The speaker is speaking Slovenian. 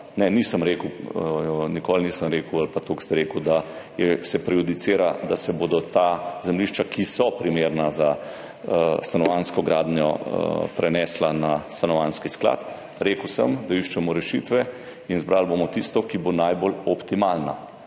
nikoli nisem rekel ali pa tako ste rekli, da se prejudicira, da se bodo ta zemljišča, ki so primerna za stanovanjsko gradnjo, prenesla na Stanovanjski sklad. Rekel sem, da iščemo rešitve in zbrali bomo tisto, ki bo najbolj optimalna.